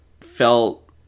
felt